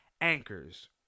anchors